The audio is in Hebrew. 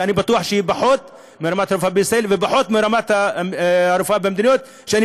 ואני בטוח שהיא פחות מרמת הרפואה בישראל ופחות מרמת הרפואה במדינות שאני